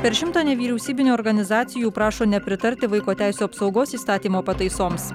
per šimtą nevyriausybinių organizacijų prašo nepritarti vaiko teisių apsaugos įstatymo pataisoms